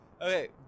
Okay